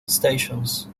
stations